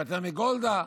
נפטר מגולדה?